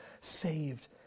saved